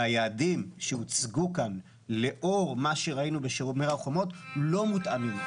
והיעדים שהוצגו כאן לאור מה שראינו בשומר החומות לא מותאמים.